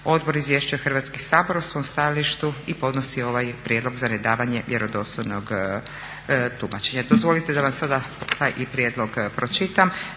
odbor izvješćuje Hrvatski sabor o svom stajalištu i podnosi ovaj prijedlog za nedavanje vjerodostojnog tumačenja. Dozvolite da vam sad taj prijedlog pročitam.